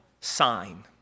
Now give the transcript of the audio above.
sign